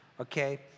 Okay